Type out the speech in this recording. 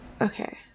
Okay